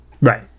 Right